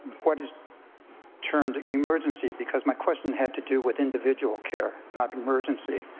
what is termed emergency because my question had to do with individual care, not emergency.